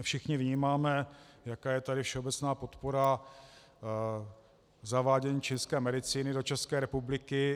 Všichni vnímáme, jaká je tady všeobecná podpora zavádění čínské medicíny do České republiky.